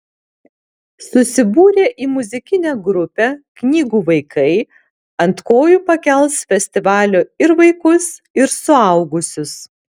susibūrę į muzikinę grupę knygų vaikai ant kojų pakels festivalio ir vaikus ir suaugusius